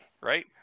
Right